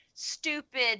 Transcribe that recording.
stupid